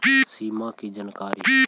सिमा कि जानकारी?